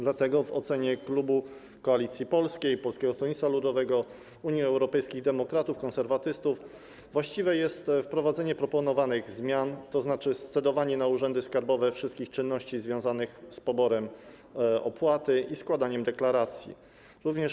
Wobec tego w ocenie klubu Koalicji Polskiej - Polskiego Stronnictwa Ludowego, Unii Europejskich Demokratów, Konserwatystów wprowadzenie proponowanych zmian, tzn. scedowanie na urzędy skarbowe wszystkich czynności związanych z poborem opłat i składaniem deklaracji, jest właściwe.